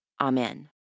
Amen